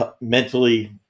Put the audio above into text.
mentally